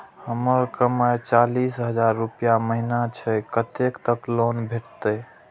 हमर कमाय चालीस हजार रूपया महिना छै कतैक तक लोन भेटते?